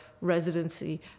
residency